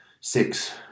six